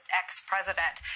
ex-president